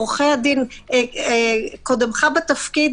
קודמך בתפקיד,